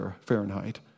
Fahrenheit